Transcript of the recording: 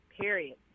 Period